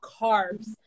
carbs